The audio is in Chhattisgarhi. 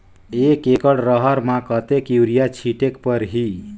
एक एकड रहर म कतेक युरिया छीटेक परही?